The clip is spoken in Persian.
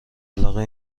علاقه